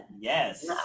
Yes